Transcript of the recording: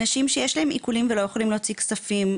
אנשים שיש להם עיקולים ולא יכולים להוציא כספים,